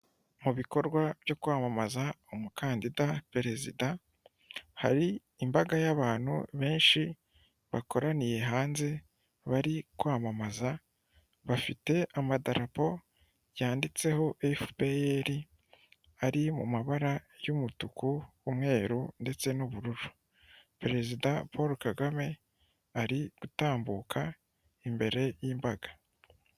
Mu bikorwa byo kwamamaza umukandida perezida, hari imbaga y'abantu benshi bakoraniye hanze bari kwamamaza, bafite amadarapo yanditseho efupeyeri, ari mu mabara y'umutuku, umweru, ndetse n'ubururu. Perezida Polo Kagame ari gutambuka imbere y'imbaga.